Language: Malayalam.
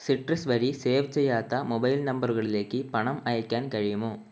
സിട്രസ് വഴി സേവ് ചെയ്യാത്ത മൊബൈൽ നമ്പറുകളിലേക്ക് പണം അയ്ക്കാൻ കഴിയുമോ